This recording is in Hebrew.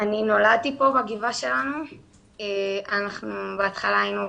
לי חימום - כנראה בסכנה להתקררות רצינית